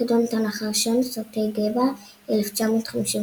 חידון התנ"ך הראשון, סרטי גבע, 1958